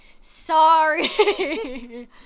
Sorry